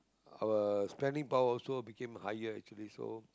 our spending power also became higher actually so